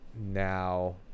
now